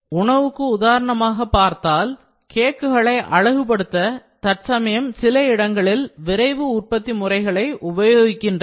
உணவுக்கு உதாரணமாக பார்த்தால் கேக்குகளை அழகுபடுத்த தற்சமயம் சில இடங்களில் விரைவு உற்பத்தி முறைகளை உபயோகிக்கின்றனர்